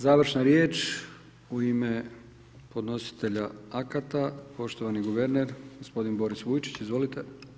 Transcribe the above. Završna riječ u ime podnositelja akata, poštovani guverner, gospodin Boris Vujčić, izvolite.